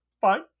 fine